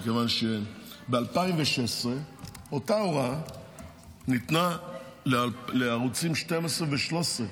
מכיוון שב-2016 אותה הוראה ניתנה לערוצים 12 ו-13.